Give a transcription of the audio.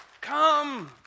Come